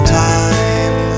time